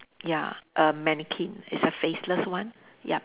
ya a mannequin it's a faceless one ya